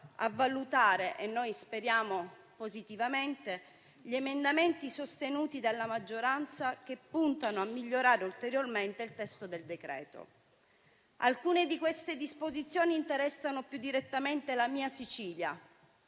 a valutare - speriamo positivamente - gli emendamenti sostenuti dalla maggioranza che puntano a migliorare ulteriormente il testo del decreto. Alcune di queste disposizioni interessano più direttamente la mia Sicilia,